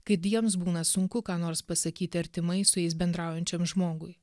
kaip jiems būna sunku ką nors pasakyti artimai su jais bendraujančiam žmogui